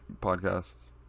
podcasts